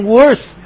worse